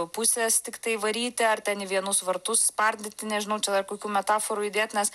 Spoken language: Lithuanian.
pusės tiktai varyti ar ten į vienus vartus spardyti nežinau čia kokių metaforų įdėt nes